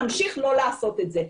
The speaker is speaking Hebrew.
נמשיך לא לעשות את זה.